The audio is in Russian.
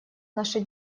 наши